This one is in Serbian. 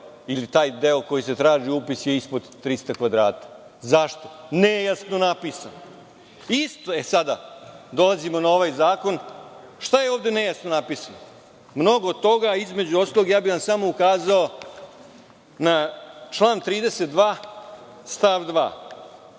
ili taj deo za koji se traži upis je ispod 300 kvadrata. Zašto? Nejasno napisano. Sada dolazimo na ovaj zakon. Šta je ovde nejasno napisano? Mnogo toga. Između ostalog, samo bih vam ukazao na član 32. stav 2.